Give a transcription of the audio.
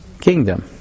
Kingdom